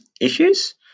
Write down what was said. issues